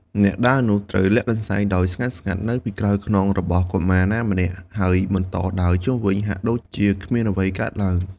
អ្នកដើរនោះត្រូវលាក់កន្សែងដោយស្ងាត់ៗនៅពីក្រោយខ្នងរបស់កុមារណាម្នាក់ ហើយបន្តដើរជុំវិញហាក់ដូចជាគ្មានអ្វីកើតឡើង។